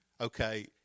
Okay